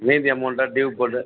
மீதி அமௌன்ட்டை டியூ போட்டு